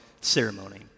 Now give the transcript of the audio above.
ceremony